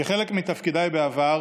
כחלק מתפקידיי בעבר